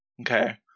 okay